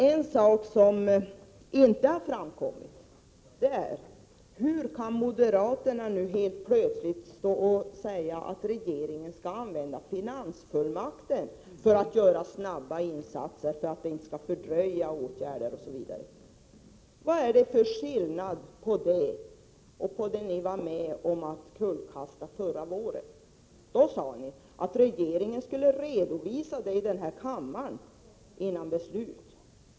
En sak som inte blivit klar är denna: Hur kan moderaterna nu helt plötsligt stå och säga att regeringen skall använda finansfullmakten för att göra snabba insatser, för att inte fördröja åtgärder, osv.? Vad är det för skillnad på detta och på vad ni var med om att kullkasta förra året? Då sade ni att regeringen borde redovisa i kammaren före beslutet.